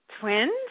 Twins